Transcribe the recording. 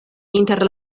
inter